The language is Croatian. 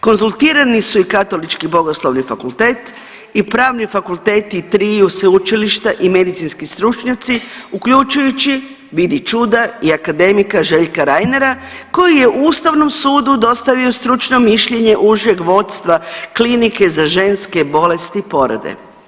Konzultirani su i Katolički bogoslovni fakultet i pravni fakulteti triju sveučilišta i medicinski stručnjaci, uključujući, vidi čuda i akademika Željka Reinera koji je ustavnom sudu dostavio stručno mišljenje užeg vodstava Klinike za ženske bolesti i porode.